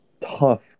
tough